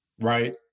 right